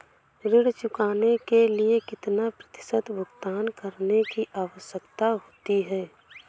ऋण चुकाने के लिए कितना प्रतिशत भुगतान करने की आवश्यकता है?